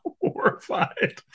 horrified